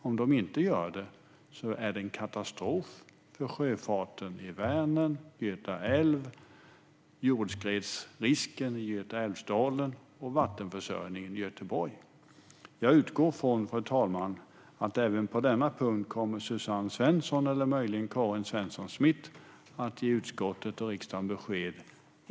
Om de inte gör det är det en katastrof för sjöfarten i Vänern och Göta älv samt för vattenförsörjningen i Göteborg, och det ökar jordskredsrisken i Götaälvsdalen. Fru talman! Jag utgår från att Suzanne Svensson eller möjligen Karin Svensson Smith även på denna punkt kommer att ge utskottet och riksdagen besked.